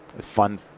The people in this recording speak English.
fun